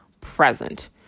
present